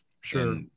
sure